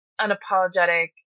unapologetic